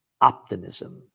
optimism